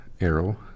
arrow